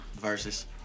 versus